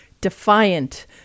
defiant